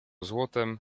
złotem